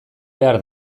behar